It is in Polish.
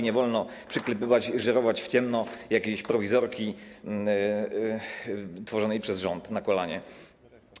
Nie wolno przyklepywać i żyrować w ciemno jakiejś prowizorki tworzonej przez rząd na kolanie.